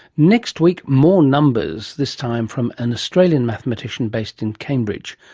next week more numbers, this time from an australian mathematician based in cambridge.